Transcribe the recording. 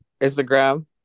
Instagram